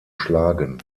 schlagen